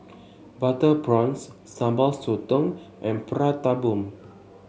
Butter Prawns Sambal Sotong and Prata Bomb